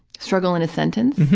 struggle in a sentence,